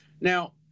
Now